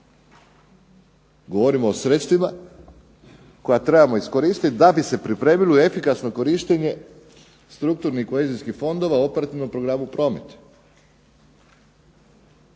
Govorimo o sredstvima koja trebamo iskoristiti da bi se pripremili u efikasno korištenje strukturnih kohezijskih fondova u operativnom programu promet,